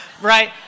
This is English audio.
right